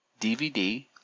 DVD